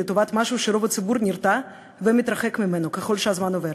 לטובת משהו שרוב הציבור נרתע ומתרחק ממנו ככל שהזמן עובר.